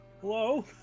Hello